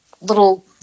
little